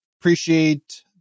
appreciate